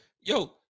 yo